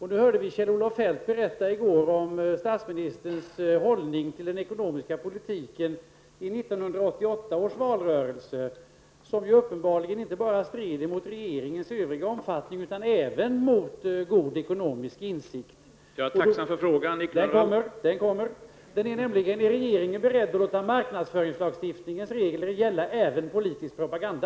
I går kunde vi höra Kjell-Olof Feldt berätta om statsministerns hållning till den ekonomiska politiken under 1988 års valrörelse, en hållning som ju uppenbarligen inte bara strider mot regeringens övriga uppfattning utan även mot god ekonomisk insikt. Är regeringen beredd att låta marknadsföringslagstiftningens regler gälla även för politisk propaganda?